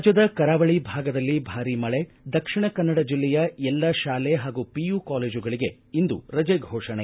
ರಾಜ್ಯದ ಕರಾವಳಿ ಭಾಗದಲ್ಲಿ ಭಾರೀ ಮಳೆ ದಕ್ಷಿಣ ಕನ್ನಡ ಜಿಲ್ಲೆಯ ಎಲ್ಲ ಶಾಲೆ ಹಾಗೂ ಪಿಯು ಕಾಲೇಜುಗಳಿಗೆ ಇಂದು ರಜೆ ಫೋಷಣೆ